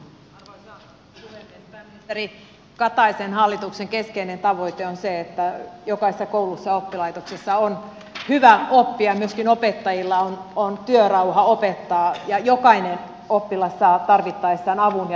pääministeri kataisen hallituksen keskeinen tavoite on se että jokaisessa koulussa ja oppilaitoksessa on hyvä oppia myöskin opettajilla on työrauha opettaa ja jokainen oppilas saa tarvittaessa avun ja tuen